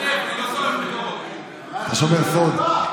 אתה שומר סוד?